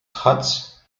huts